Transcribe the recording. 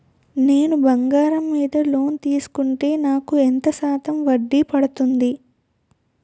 నేను బంగారం మీద లోన్ తీసుకుంటే నాకు ఎంత శాతం వడ్డీ పడుతుంది?